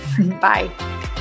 Bye